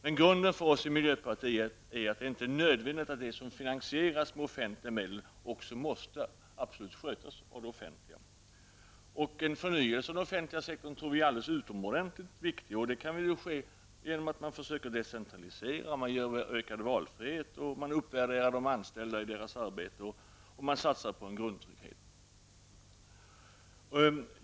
Grunden för oss i miljöpartiet är att det inte är nödvändigt att det som finansieras med offentliga medel också absolut skall skötas av det offentliga. Vi tror att en förnyelse av den offentliga sektorn är alldeles utomordentligt viktig. Det kan ske genom att man försöker decentralisera, ge ökad valfrihet, uppvärdera de anställda i deras arbete och satsa på en grundtrygghet.